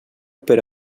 per